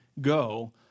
go